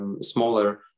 smaller